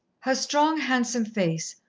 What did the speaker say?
her strong, handsome face,